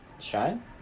shine